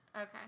Okay